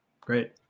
Great